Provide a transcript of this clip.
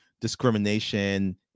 discrimination